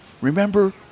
Remember